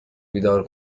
بیدار